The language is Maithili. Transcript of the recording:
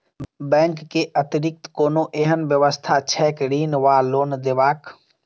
बैंक केँ अतिरिक्त कोनो एहन व्यवस्था छैक ऋण वा लोनदेवाक?